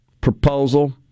proposal